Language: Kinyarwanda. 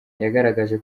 yagaragaje